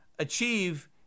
achieve